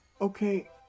okay